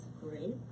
great